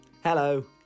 Hello